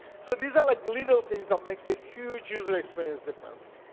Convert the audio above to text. so these are like little things that make so a huge user experience difference.